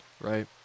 right